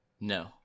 No